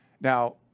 Now